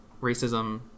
racism